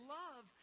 love